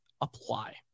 apply